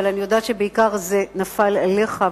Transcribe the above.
אבל אני יודעת שזה נפל בעיקר עליך,